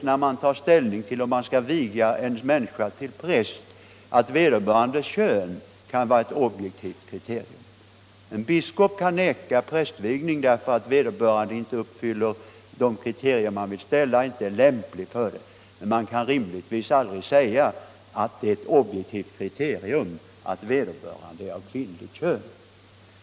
När man tar ställning till om man skall viga en människa till präst kan vederbörandes kön aldrig vara ett objektivt kriterium. En biskop kan vägra prästvigning därför att vederbörande inte uppfyller de kriterier man vill ställa, inte är lämplig som präst. Men han kan rimligtvis aldrig säga att det är ett objektivt kriterium att vederbörande är av kvinnligt kön.